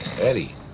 Eddie